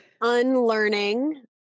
unlearning